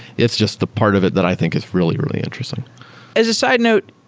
it's just the part of it that i think is really, really interesting as a side note,